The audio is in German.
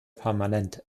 permanent